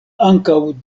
ankaŭ